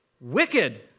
wicked